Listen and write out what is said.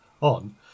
on